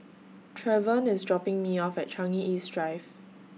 Trevon IS dropping Me off At Changi East Drive